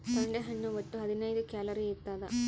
ತೊಂಡೆ ಹಣ್ಣು ಒಟ್ಟು ಹದಿನೈದು ಕ್ಯಾಲೋರಿ ಇರ್ತಾದ